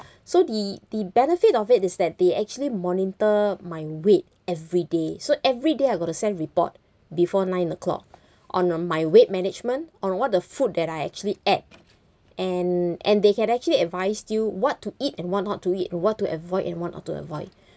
so the the benefit of it is that they actually monitor my weight everyday so everyday I got to send report before nine o'clock on on my weight management on what the food that I actually ate and and they can actually advice you what to eat and what not to eat what to avoid and what not to avoid